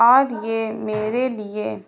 اور یہ میرے لیے